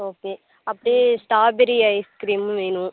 okay அப்படியே strawberry ஐஸ்கிரீமும் வேணும்